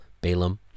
Balaam